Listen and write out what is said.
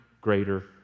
greater